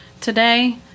Today